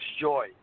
joy